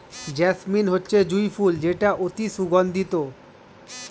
jasmine হচ্ছে জুঁই ফুল যেটা অতি সুগন্ধিত